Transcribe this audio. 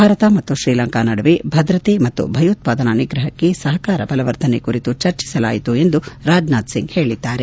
ಭಾರತ ಮತ್ತು ಶ್ರೀಲಂಕಾ ನಡುವೆ ಭದ್ರತೆ ಮತ್ತು ಭಯೋತ್ಪಾದನಾ ನಿಗ್ರಹಕ್ಕೆ ಸಹಕಾರ ಬಲವರ್ಧನೆ ಕುರಿತು ಚರ್ಚಿಸಲಾಯಿತು ಎಂದು ರಾಜ್ನಾಥ್ ಸಿಂಗ್ ಹೇಳಿದ್ದಾರೆ